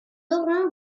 aurons